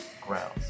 Grounds